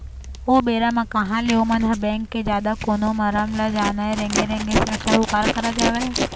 ओ बेरा म कहाँ ले ओमन ह बेंक के जादा कोनो मरम ल जानय रेंगे रेंगे सेठ साहूकार करा जावय